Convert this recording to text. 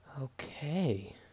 Okay